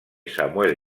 samuel